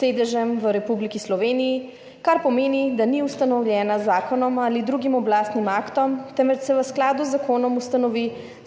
sedežem v Republiki Sloveniji, kar pomeni, da ni ustanovljena z zakonom ali drugim oblastnim aktom, temveč se v skladu z zakonom ustanovi